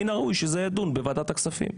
מין הראוי שזה יידון בוועדת הכספים.